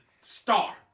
star